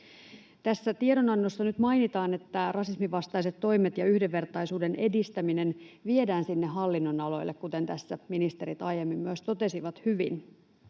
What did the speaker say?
Tässä tiedonannossa nyt mainitaan, että rasisminvastaiset toimet ja yhdenvertaisuuden edistäminen viedään hallinnonaloille, kuten tässä myös ministerit aiemmin totesivat hyvin.